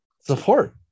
support